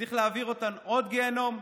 צריך להעביר אותן עוד גיהינום?